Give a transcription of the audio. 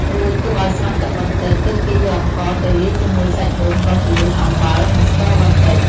រួចទុកឱ្យស្រស់ទឹកបន្តិច ទើបគេយកអង្ករទៅលាយជាមួយសាច់ដូងកោសរួច អំបិល និងស្ករបន្តិច ។